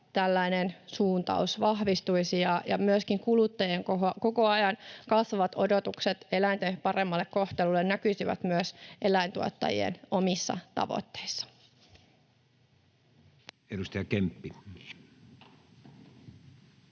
tällainen suuntaus vahvistuisi ja myöskin kuluttajien koko ajan kasvavat odotukset eläinten paremmalle kohtelulle näkyisivät myös eläintuottajien omissa tavoitteissa. [Speech